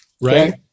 right